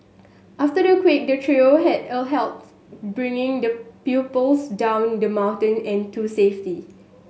after the quake the trio had helped bring the pupils down the mountain and to safety